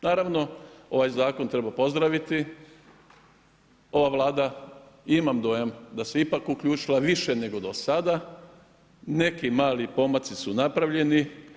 Naravno ovaj zakon treba pozdraviti, ova Vlada imam dojam da se ipak više uključila nego do sada, neki mali pomaci su napravljeni.